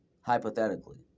Hypothetically